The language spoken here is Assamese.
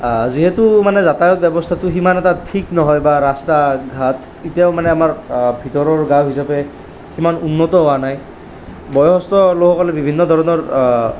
যিহেতু মানে যাতায়াত ব্যৱস্থাটো সিমান এটা ঠিক নহয় বা ৰাস্তা ঘাট এতিয়াও মানে আমাৰ ভিতৰৰ গাঁওঁ হিচাপে সিমান উন্নত হোৱা নাই বয়সস্থ লোকসকলে বিভিন্ন ধৰণৰ